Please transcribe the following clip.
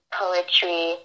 poetry